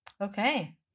Okay